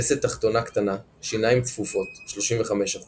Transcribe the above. לסת תחתונה קטנה, שיניים צפופות 35%